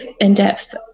in-depth